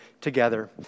together